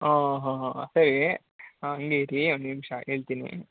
ಹಾಂ ಹಾಂ ಹಾಂ ಹಾಂ ಸರಿ ಹಾಗೇ ಇರಿ ಒಂದು ನಿಮಿಷ ಹೇಳ್ತೀನಿ